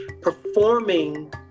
performing